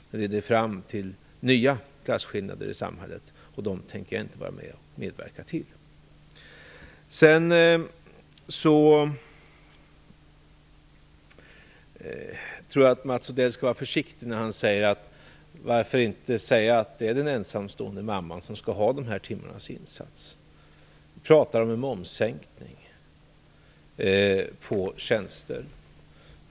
Det leder fram till nya klasskillnader i samhället, och dem tänker jag inte medverka till. Jag tror att Mats Odell skall vara försiktig när han säger: Varför inte säga att det är den ensamstående mamman som skall ha den här typen av insatser? Han talar om en momssänkning på tjänster.